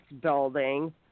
building